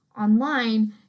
online